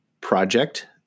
project